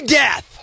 death